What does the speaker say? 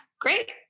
Great